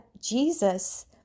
jesus